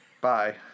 Bye